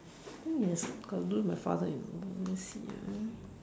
I think it's got to do with my father in law let me see ah